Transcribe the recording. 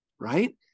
right